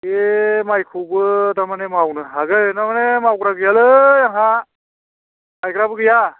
बे मायखौबो दामाने मावनो हागोन दामाने मावग्रा गैयालै हा गायग्राबो गैया